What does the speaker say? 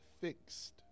fixed